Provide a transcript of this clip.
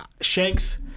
Shanks